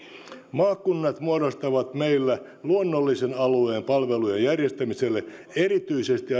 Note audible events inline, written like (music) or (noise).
maakunnat muodostavat meillä luonnollisen alueen palvelujen järjestämiselle erityisesti (unintelligible)